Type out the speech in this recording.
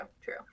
true